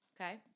Okay